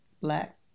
black